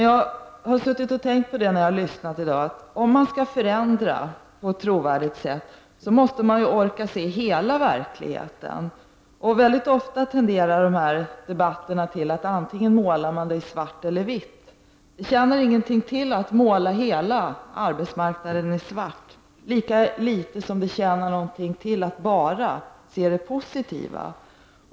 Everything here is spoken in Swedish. Jag har när jag lyssnat på debatten i dag suttit och tänkt på att man, om man skall förändra på ett trovärdigt sätt, måste orka se hela verkligheten. Det finns i dessa debatter en tendens till att måla bilden antingen i svart eller i vitt. Det tjänar ingenting till att måla hela arbetsmarknaden i svart, lika litet som det tjänar någonting till att bara se det positiva.